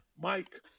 Mike